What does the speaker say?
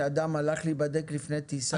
שאדם הלך להיבדק לפני טיסה,